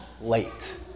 late